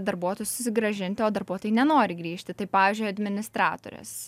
darbuotojus susigrąžinti o darbuotojai nenori grįžti tai pavyzdžiui administratorės